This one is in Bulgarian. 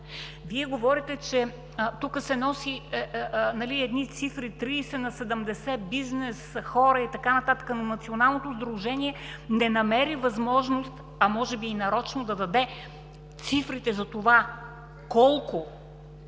Вие говорите, че тук се носят едни цифри 30 на 70 бизнес хора и така нататък, но Националното сдружение не намери възможност, а може би и нарочно, да даде цифрите за това колко